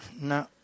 No